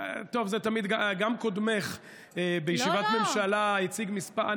גם קודמך בישיבת ממשלה הציג מספר.